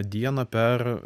dieną per